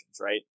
right